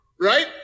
right